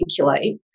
articulate